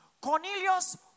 Cornelius